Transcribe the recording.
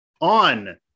on